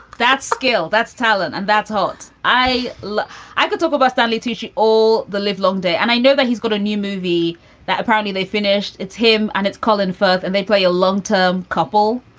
that's skill. that's talent. and that's what i love i could talk about stanley tucci all the livelong day. and i know that he's got a new movie that apparently they finished. it's him and it's colin firth. and they play a long term couple.